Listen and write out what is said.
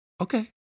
okay